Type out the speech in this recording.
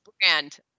brand